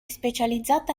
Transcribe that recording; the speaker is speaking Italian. specializzata